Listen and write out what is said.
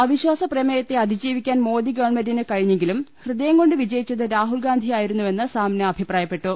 അവിശ്വാസപ്രമേയത്തെ അതിജീവിക്കാൻ മോദി ഗവൺമെന്റിന് കഴിഞ്ഞെങ്കിലും ഹൃദയംകൊണ്ട് വിജയിച്ചത് രാഹുൽഗാ ന്ധിയായിരുന്നുവെന്ന് സാമ്ന അഭിപ്രായപ്പെട്ടു